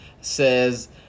says